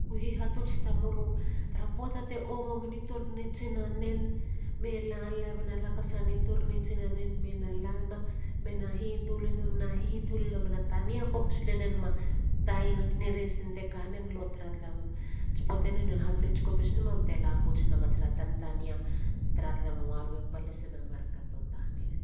U hihatuts tamulu tara poata te hongo meni torinen be lana bena lakasa ne torinen. i torina tsinanen. bena lana bena hitulina. be na hitulina. be na tania kopiselene nama tayina generation te kanen lo tara lala mo ats poateni ena habirits kopis nama bate la pouts nama tara tantania te tara talemowalu e palisina mar kato tanen.